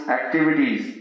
activities